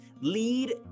lead